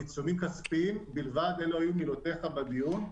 "עיצומים כספיים בלבד" - אלה היו מילותיך בדיון.